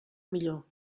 millor